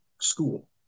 school